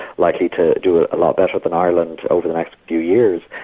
likely to do a lot better than ireland over the next few years,